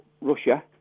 Russia